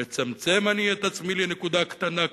"מצמצם אני את עצמי לנקודה קטנה,